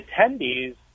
attendees